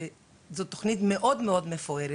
שבה התכנית מאוד מפוארת,